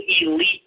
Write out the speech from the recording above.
elite